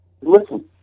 Listen